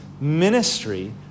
ministry